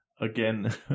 again